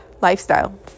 lifestyle